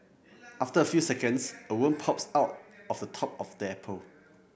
after a few seconds a worm pops out of the top of the apple